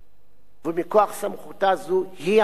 סמכותה זו היא המחוקקת חוקים.